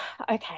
okay